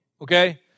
Okay